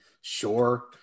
Sure